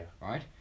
right